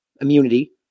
immunity